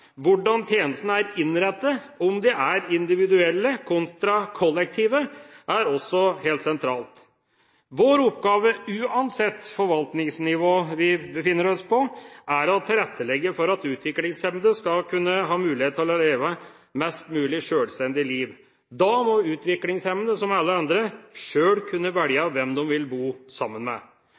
Hvordan tjenestene er innrettet, om de er individuelle kontra kollektive, er også helt sentralt. Vår oppgave, uansett hvilket forvaltningsnivå vi befinner oss på, er å tilrettelegge for at utviklingshemmede skal kunne ha mulighet til å leve mest mulig sjølstendige liv. Da må utviklingshemmede, som alle andre, sjøl kunne velge hvem de vil bo sammen med.